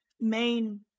main